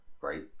Right